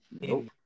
No